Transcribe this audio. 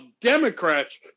Democrats